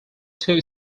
two